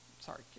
sorry